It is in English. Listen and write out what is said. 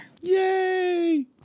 Yay